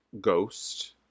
Ghost